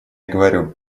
говорю